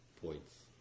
points